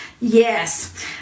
Yes